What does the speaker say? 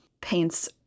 paints